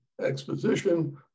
exposition